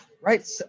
right